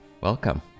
Welcome